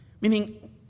Meaning